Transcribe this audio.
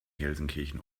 gelsenkirchen